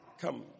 Come